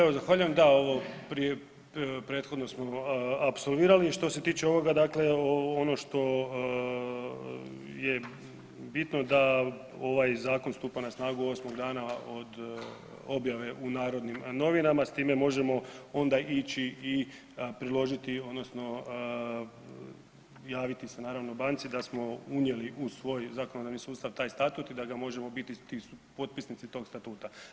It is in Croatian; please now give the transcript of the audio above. Evo zahvaljujem, da ovo prethodno smo apsolvirali, što se tiče ovoga dakle ono što je bitno da ovaj zakon stupa na snagu 8 dana od objave u Narodnim novinama s time možemo onda ići i priložiti odnosno javiti se naravno banci da smo unijeli u svoj zakonodavni sustav taj statut i da ga možemo, biti ti potpisnici tog statuta.